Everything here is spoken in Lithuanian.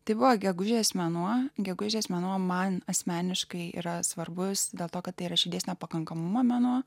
tai buvo gegužės mėnuo gegužės mėnuo man asmeniškai yra svarbus dėl to kad tai yra širdies nepakankamumą mano